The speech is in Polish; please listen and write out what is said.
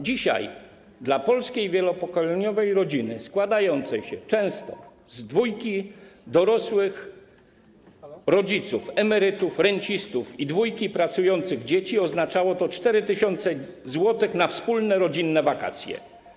Dzisiaj dla polskiej wielopokoleniowej rodziny, składającej się często z dwójki dorosłych, rodziców, emerytów, rencistów i dwójki pracujących dzieci, oznaczałoby to 4 tys. zł na wspólne, rodzinne wakacje.